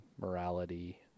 morality